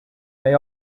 may